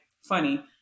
funny